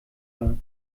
war